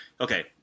Okay